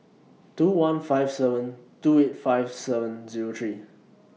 two one five seven two eight five seven Zero three